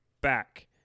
back